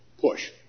Push